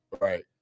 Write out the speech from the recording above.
right